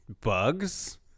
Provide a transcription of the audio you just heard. bugs